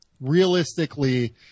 realistically